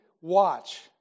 watch